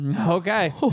Okay